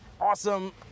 awesome